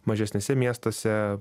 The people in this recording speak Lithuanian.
mažesniuose miestuose